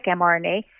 mRNA